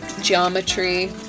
geometry